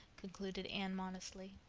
concluded anne modestly,